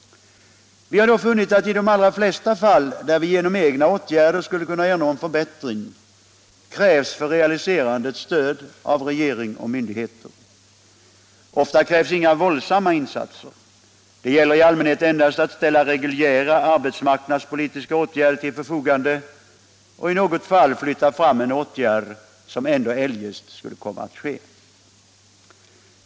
Vi har då funnit att det i de allra flesta fall, där vi genom egna åtgärder skulle kunna ernå en förbättring, för realiserandet krävs stöd av regering och myndigheter. Ofta krävs inga våldsamma insatser. Det gäller i allmänhet endast att ställa reguljära arbetsmarknadspolitiska åtgärder till förfogande och i något fall att flytta fram en åtgärd, som eljest ändå skulle komma att vidtas.